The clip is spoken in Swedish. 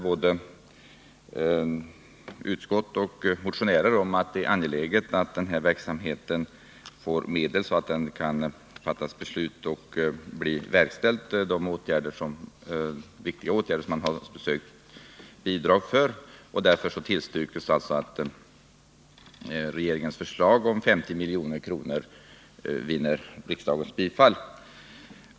Både utskott och motionärer är också ense om att det är angeläget att verksamheten får medel så att det kan fattas beslut och de viktiga åtgärder, som man söker bidrag för, kan verkställas. Därför tillstyrks att regeringens förslag om 50 milj.kr. vinner riksdagens bifall.